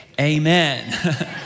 amen